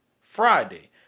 Friday